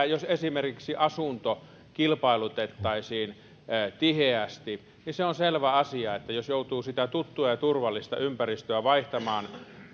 jos esimerkiksi asunto kilpailutettaisiin tiheästi on selvä asia että jos joutuu sitä tuttua ja turvallista ympäristöä vaihtamaan